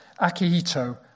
Akihito